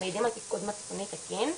שמעידים על תפקוד מצפוני תקין.